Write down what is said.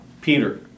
Peter